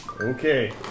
Okay